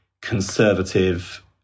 conservative